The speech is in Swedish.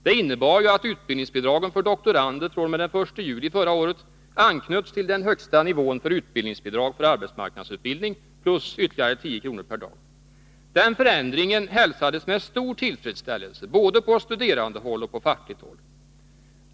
Det innebar ju att utbildningsbidragen för doktorander fr.o.m. den 1 juli förra året anknöts till den högsta nivån för utbildningsbidrag för arbetsmarknadsutbildning plus ytterligare 10 kr. per dag. Den förändringen hälsades med stor tillfredsställelse både på studerandehåll och på fackligt håll.